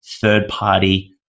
third-party